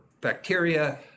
bacteria